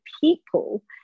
people